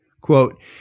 Quote